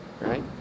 right